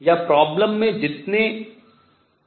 या problem में जितने चर हैं